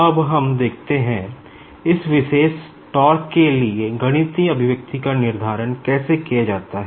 अब हम देखते हैं इस विशेष के लिए गणितीय एक्सप्रेशन का निर्धारण कैसे किया जाता है